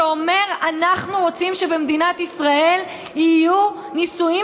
שאומר: אנחנו רוצים שבמדינת ישראל יהיו נישואים